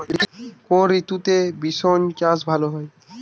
কোন ঋতুতে বিন্স চাষ ভালো হয়?